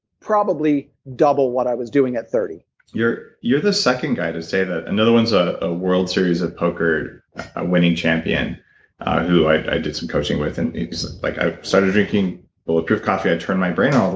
probably double what i was doing at thirty point you're the second guy to say that. another one's a ah world series of poker winning champion who i i did some coaching with. and he's like, i started drinking bulletproof coffee, i turned my brain all